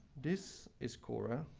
this is korah,